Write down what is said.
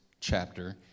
chapter